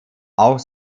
auch